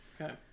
Okay